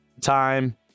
time